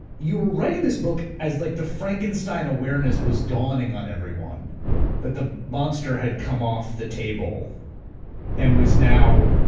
you were writing this book as like the frankenstein awareness was dawning on everyone that the monster had come off the table and was now